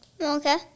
Okay